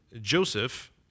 Joseph